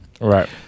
Right